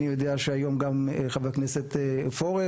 אני יודע שהיום גם חבר הכנסת פורר